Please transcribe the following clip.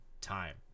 Time